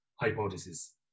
hypothesis